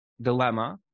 dilemma